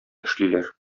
эшлиләр